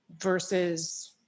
versus